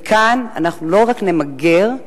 וכאן אנחנו לא רק נמגר,